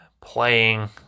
playing